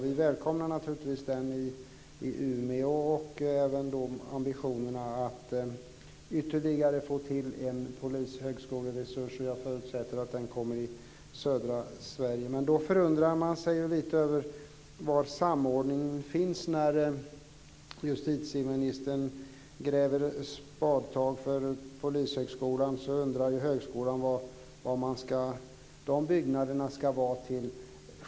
Vi välkomnar naturligtvis den i Umeå och även ambitionerna om att få till ytterligare en polishögskola. Jag förutsätter att den kommer att vara i södra Sverige. Men man undrar lite över var samordningen finns när justitieministern gräver ett spadtag för polishögskolan och högskolan undrar vad de byggnaderna ska vara till.